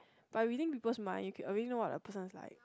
but reading people's mind you can already know what a person like